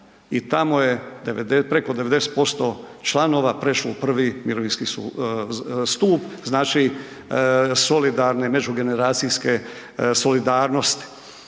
I tamo je preko 90% članova prešlo u I. mirovinski stup, znači solidarne, međugeneracijske solidarnosti.